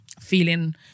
feeling